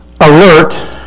alert